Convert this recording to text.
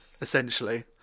essentially